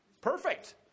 Perfect